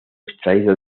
extraído